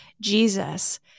Jesus